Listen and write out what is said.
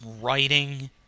writing